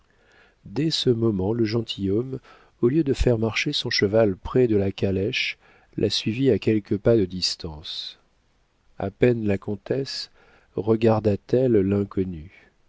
dès ce moment le gentilhomme au lieu de faire marcher son cheval près de la calèche la suivit à quelques pas de distance a peine la comtesse regarda t elle l'inconnu elle